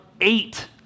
eight